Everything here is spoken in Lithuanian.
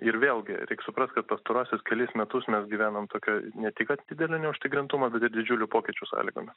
ir vėlgi reik suprast kad pastaruosius kelis metus mes gyvenom tokioj ne tik kad didelio neužtikrintumo didžiulių pokyčių sąlygomis